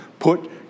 Put